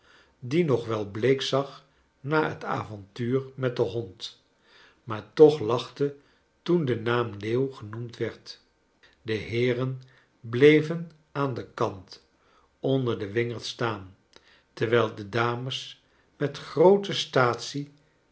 die nog wel bleek zag na het avontuur met den hond maar toch lachte toen de naam leeuw genoemd werd de heeren bleven aan den kant onder den wingerd staan terwijl de dames met gxoote staatsie